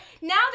now